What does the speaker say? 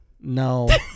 no